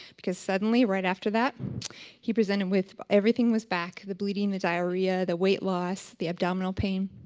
because suddenly right after that he presented with. everything was back. the bleeding, the diarrhea, the weight loss, the abdominal pain.